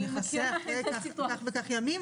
זה מכסה מספר מסוים של ימים,